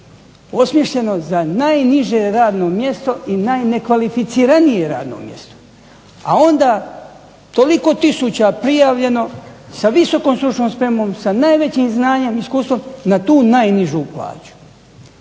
osmišljeno za najniže radne mjesto i najnekvalificiranije radno mjesto, a ona toliko tisuća prijavljeno sa VSS sa najvećim znanjem i iskustvom na tu najnižu plaću.